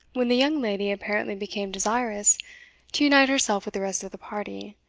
when the young lady apparently became desirous to unite herself with the rest of the party,